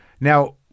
Now